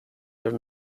their